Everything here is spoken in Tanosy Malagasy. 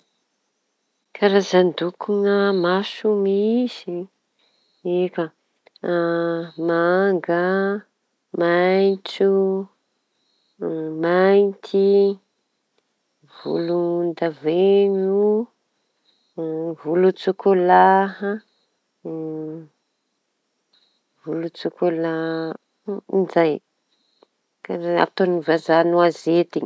Karazan-dokon'a maso misy eka manga, maintso, mainty, volon-daveno, volon-tsokolaha, volon-tsokolah - zay volon-tsokolaha ataon'ny vazaha noazety iñy.